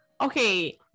Okay